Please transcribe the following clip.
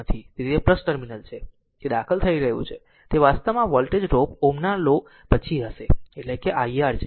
તેથી તે ટર્મિનલ છે તે દાખલ થઈ રહ્યું છે તે વાસ્તવમાં વોલ્ટ ડ્રોપ Ωs ના લો પછી હશે એટલે કે r iR છે